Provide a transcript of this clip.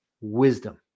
wisdom